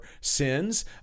sins